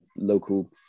local